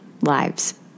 lives